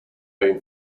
been